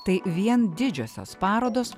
tai vien didžiosios parodos